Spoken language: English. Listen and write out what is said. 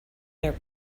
their